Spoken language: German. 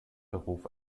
beruf